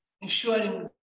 Ensuring